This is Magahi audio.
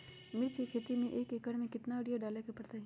मिर्च के खेती में एक एकर में कितना यूरिया डाले के परतई?